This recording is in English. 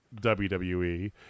wwe